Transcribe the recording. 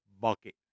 bucket